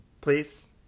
Please